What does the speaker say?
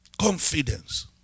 confidence